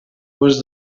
was